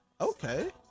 Okay